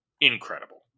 incredible